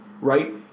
right